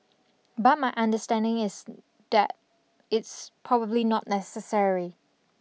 but my understanding is that it's probably not necessary